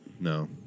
No